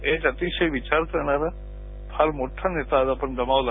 एक अतिशय विचार करणारा फार मोठा नेता आपण गमावला